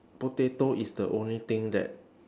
potato is the only thing that